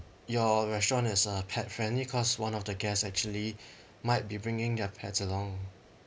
your restaurant is uh pet friendly cause one of the guest actually might be bringing their pets along